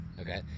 Okay